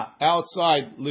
outside